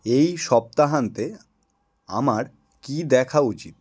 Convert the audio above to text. এই সপ্তাহান্তে আমার কি দেখা উচিত